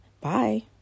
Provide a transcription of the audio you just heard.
Bye